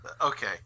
Okay